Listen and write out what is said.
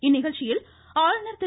இந்நிகழ்ச்சியில் ஆளுநர் திரு